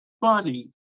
funny